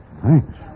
Thanks